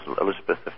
Elizabeth